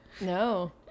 No